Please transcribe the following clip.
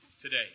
today